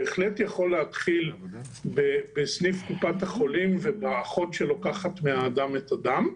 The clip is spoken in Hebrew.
בהחלט יכול להתחיל בסניף קופת החולים ובאחות שלוקחת מהאדם את הדם.